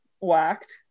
whacked